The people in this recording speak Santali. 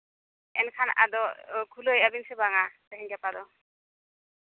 ᱮᱱᱠᱷᱟᱱ ᱟᱫᱚ ᱠᱷᱩᱞᱟᱹᱣᱮᱫᱼᱟ ᱵᱤᱱ ᱥᱮ ᱵᱟᱝᱟ ᱛᱤᱦᱤᱧ ᱜᱟᱯᱟ ᱫᱚ